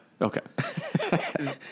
Okay